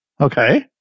Okay